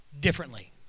differently